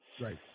Right